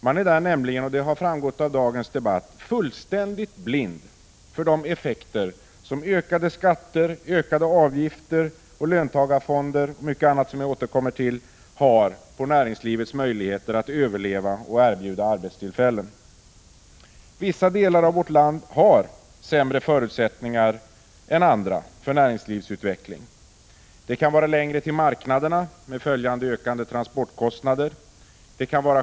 Man är nämligen, vilket har framgått av dagens debatt, fullständigt blind för de effekter ökade skatter, höjda avgifter, löntagarfonder och mycket annat som jag senare återkommer till har på näringslivets möjligheter att överleva och erbjuda arbetstillfällen. Vissa delar av vårt land har sämre förutsättningar än andra för näringslivsutveckling. Det kan vara längre till marknaderna, med följande ökade transportkostnader.